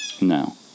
No